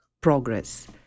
progress